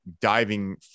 diving